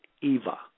Eva